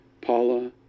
paula